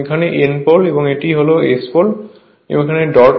এখানে এটি N pole এবং এখানে এটি S এখানে এটি ডট